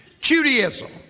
Judaism